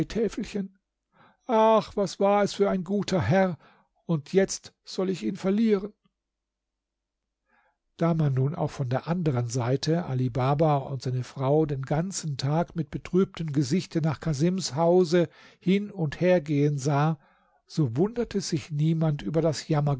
arzneitäfelchen ach was war es für ein guter herr und jetzt soll ich ihn verlieren da man nun auch von der anderen seite ali baba und seine frau den ganzen tag mit betrübtem gesichte nach casims hause hin und her gehen sah so wunderte sich niemand über das